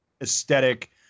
aesthetic